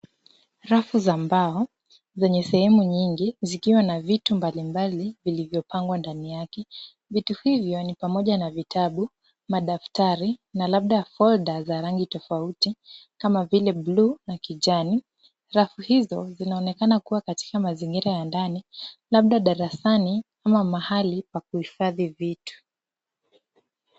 Rafu za mbao zenye sehemu nyingi zikiwa na vitu mbalimbali vilivyopangwa ndani yake. Vitu hivyo ni pamoja na vitabu, madaftari na labda folder za rangi tofauti kama vile bluu na kijani. Rafu hizo zinaonekana kuwa katika mazingira ya ndani labda darasani ama mahali pa kuhifadhi vitu.